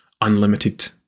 unlimited